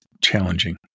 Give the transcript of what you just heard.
challenging